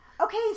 Okay